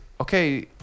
okay